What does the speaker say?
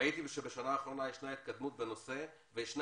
ראיתי שבשנה האחרונה ישנה התקדמות בנושא וישנם